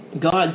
God